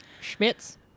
Schmitz